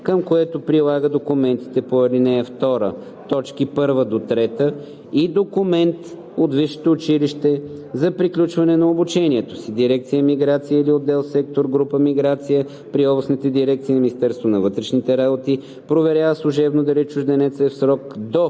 към което прилага документите по ал. 2, т. 1 – 3 и документ от висшето училище за приключване на обучението си. Дирекция „Миграция“ или отдел/сектор/група „Миграция“ при областните дирекции на Министерството на вътрешните работи проверява служебно дали чужденецът в срок до